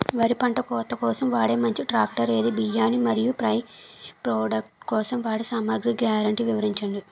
వరి పంట కోత కోసం వాడే మంచి ట్రాక్టర్ ఏది? బియ్యాన్ని మరియు బై ప్రొడక్ట్ కోసం వాడే సామాగ్రి గ్యారంటీ వివరించండి?